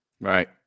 Right